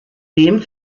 dem